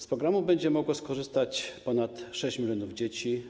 Z programu będzie mogło skorzystać ponad 6 mln dzieci.